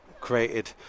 created